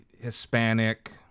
Hispanic